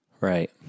Right